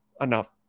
enough